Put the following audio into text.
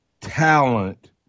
talent